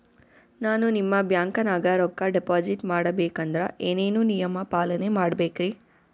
ನಾನು ನಿಮ್ಮ ಬ್ಯಾಂಕನಾಗ ರೊಕ್ಕಾ ಡಿಪಾಜಿಟ್ ಮಾಡ ಬೇಕಂದ್ರ ಏನೇನು ನಿಯಮ ಪಾಲನೇ ಮಾಡ್ಬೇಕ್ರಿ?